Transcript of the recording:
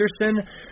Anderson